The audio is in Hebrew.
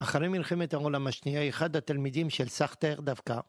אחרי מלחמת העולם השנייה, אחד התלמידים של סארטר דווקא